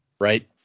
Right